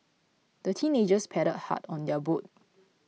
the teenagers paddled hard on their boat